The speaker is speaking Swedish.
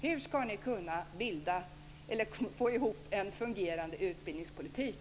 Hur ska ni kunna få ihop en fungerande utbildningspolitik?